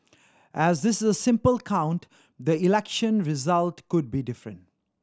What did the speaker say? as this is a sample count the election result could be different